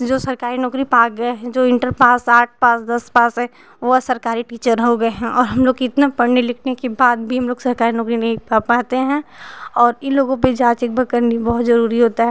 जो सरकारी नौकरी पा गए हैं जो इंटर पास आठ पास दस पास हैं वह सरकारी टीचर हो गए हैं और हम लोग इतना पढ़ने लिखने के बाद भी हम लोग सरकारी नौकरी नही पा पाते हैं और इन लोगों पर जाँच एक बार करनी बहुत जरूरी होता है